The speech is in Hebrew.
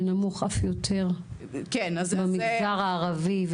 ונמוך אף עוד יותר במגזר הערבי,